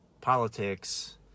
politics